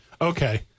Okay